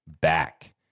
back